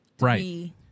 Right